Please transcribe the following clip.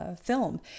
film